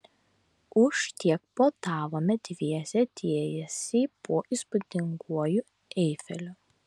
už tiek puotavome dviese tiesiai po įspūdinguoju eifeliu